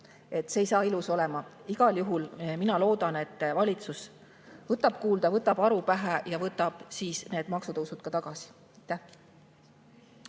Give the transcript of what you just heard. See ei saa ilus olema. Igal juhul mina loodan, et valitsus võtab kuulda, võtab aru pähe ja võtab need maksutõusud tagasi.